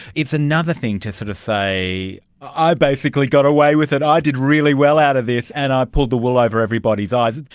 it's another thing to sort of say i basically got away with it, i did really well out of this and i pulled the wool over everybody's eyes'.